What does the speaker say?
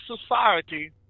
society